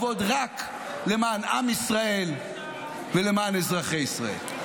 והיא תעבוד רק למען עם ישראל ולמען אזרחי ישראל.